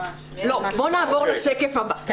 בואו נעבור לשקף הבא.